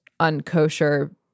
unkosher